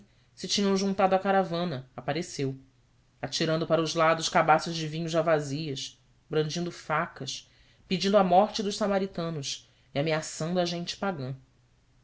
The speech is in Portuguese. se tinham juntado à caravana apareceu atirando para os lados cabaças de vinho já vazias brandindo facas pedindo a morte dos samaritanos e ameaçando a gente